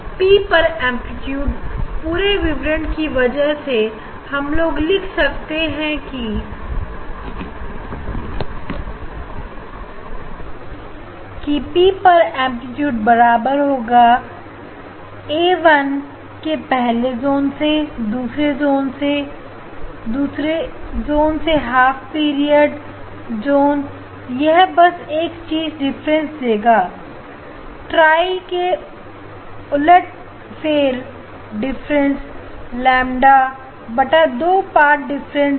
P पर amplitude पूरे विवरण की वजह से हम लोग लिख सकते हैं किटी पर एंप्लीट्यूड बराबर होगा एवन के पहले जून से दूसरे जोन से हाफ पीरियड जून यह बस एक चीज डिफरेंस होगा ट्राई के उलटफेर डिफरेंस लंबा बट्टा 2 पाथ डिफरेंस के